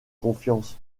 confiance